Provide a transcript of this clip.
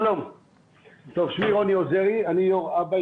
אני יו"ר אב"א,